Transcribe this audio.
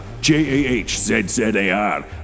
J-A-H-Z-Z-A-R